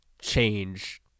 change